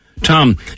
Tom